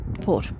four